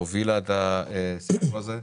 שהובילה את הסיפור הזה.